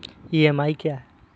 EMI क्या है?